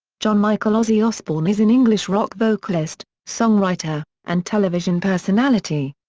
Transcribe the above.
john michael ozzy osbourne is an english rock vocalist, songwriter, and television personality.